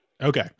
Okay